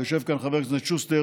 ויושב כאן חבר הכנסת שוסטר,